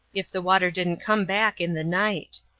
if the water didn't come back in the night.